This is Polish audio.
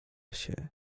się